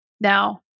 Now